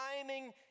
timing